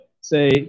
say